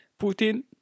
putin